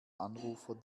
anrufer